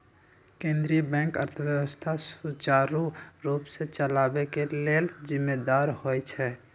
केंद्रीय बैंक अर्थव्यवस्था सुचारू रूप से चलाबे के लेल जिम्मेदार होइ छइ